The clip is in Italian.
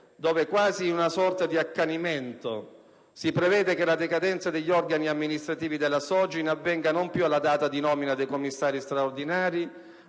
cui, quasi in una sorta di accanimento, si prevede che la decadenza degli organi amministrativi della Sogin avvenga non più alla data di nomina dei commissari straordinari,